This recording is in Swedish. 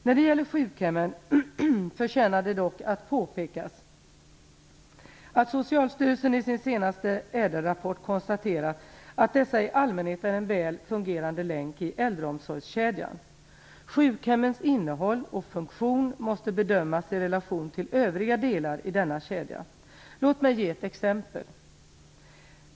När det gäller sjukhemmen förtjänar det dock att påpekas att Socialstyrelsen i sin senaste ÄDEL rapport konstaterat att dessa i allmänhet är en väl fungerande länk i äldreomsorgskedjan. Sjukhemmens innehåll och funktion måste bedömas i relation till övriga delar i denna kedja. Låt mig ge ett exempel.